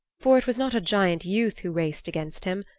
for it was not a giant youth who raced against him,